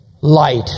light